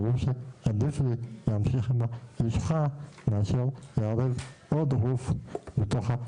ברור שעדיף לי להמשיך עם הלשכה מאשר לערב עוד גוף בתוך המצב הזה.